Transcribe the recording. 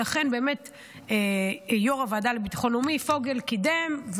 ולכן באמת יושב-ראש הוועדה לביטחון לאומי פוגל קידם,